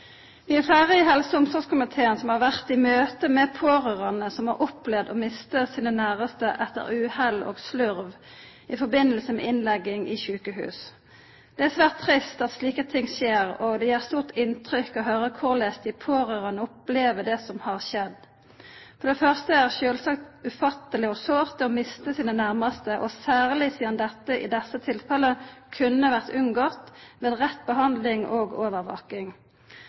Vi er fleire i helse- og omsorgskomiteen som har vore i møte med pårørande som har opplevd å mista sine næraste etter uhell og slurv i samband med innlegging i sjukehus. Det er svært trist at slike ting skjer, og det gjer stort inntrykk å høyra korleis dei pårørande opplever det som har skjedd. For det første er det sjølvsagt ufatteleg og sårt å mista sine nærmaste, og særleg sidan dette i desse tilfella kunne ha vore unngått ved rett behandling og overvaking.